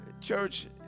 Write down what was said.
church